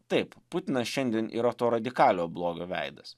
taip putinas šiandien yra to radikaliojo blogio veidas